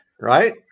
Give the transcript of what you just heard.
right